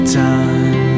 time